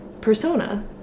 persona